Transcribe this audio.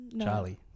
Charlie